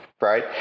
Right